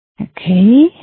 Okay